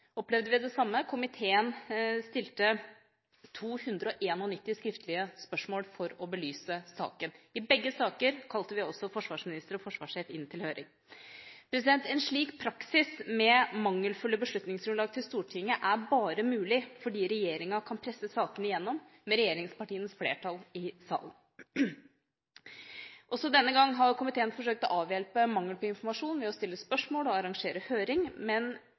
opplevde vi det samme. Komiteen stilte 291 skriftlige spørsmål for å belyse saken. I begge saker kalte vi også forsvarsminister og forsvarsjef inn til høring. En slik praksis med mangelfulle beslutningsgrunnlag til Stortinget er bare mulig fordi regjeringa kan presse sakene igjennom, med regjeringspartienes flertall i salen. Også denne gangen har komiteen forsøkt å avhjelpe mangelfull informasjon ved å stille spørsmål og arrangere høring,